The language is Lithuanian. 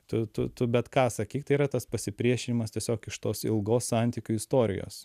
tu tu tu bet ką sakyk tai yra tas pasipriešinimas tiesiog iš tos ilgos santykių istorijos